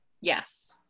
Yes